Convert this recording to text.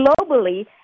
globally